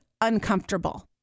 uncomfortable